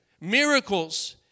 miracles